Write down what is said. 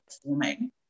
performing